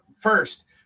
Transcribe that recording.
first